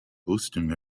boosting